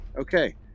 Okay